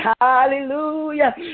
Hallelujah